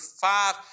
five